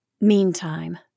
Meantime